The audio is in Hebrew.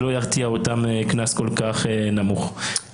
קנס כל-כך נמוך לא ירתיע אותם.